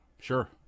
Sure